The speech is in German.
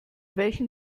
welchen